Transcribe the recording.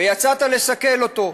ויצאת לסכל אותו.